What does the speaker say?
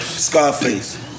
Scarface